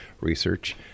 Research